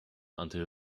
until